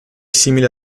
simile